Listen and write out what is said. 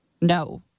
No